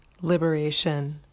liberation